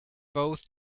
both